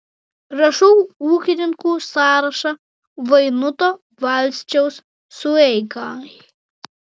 rašau ūkininkų sąrašą vainuto valsčiaus sueigai